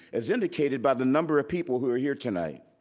as indicated by the number of people who are here tonight.